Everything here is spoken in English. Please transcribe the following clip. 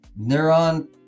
neuron